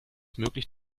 möglich